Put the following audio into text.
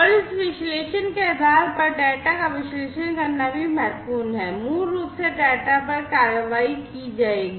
और इस विश्लेषण के आधार पर डेटा का विश्लेषण करना भी महत्वपूर्ण है मूल रूप से डेटा पर कार्रवाई की जाएगी